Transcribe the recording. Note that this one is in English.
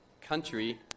country